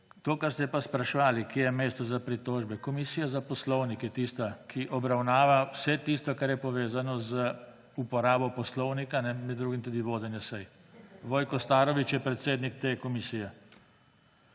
To, kar ste pa spraševali, kje je mesto za pritožbe. Komisija za poslovnik je tista, ki obravnava vse tisto, kar je povezano z uporabo poslovnika, med drugim tudi vodenja sej. Vojko Starović je predsednik te komisije.